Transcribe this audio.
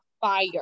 fire